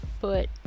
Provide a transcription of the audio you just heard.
foot